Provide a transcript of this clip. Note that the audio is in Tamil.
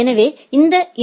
எனவே அந்த ஏ